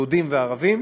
יהודים וערבים,